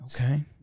Okay